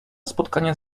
spotkania